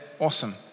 awesome